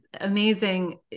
amazing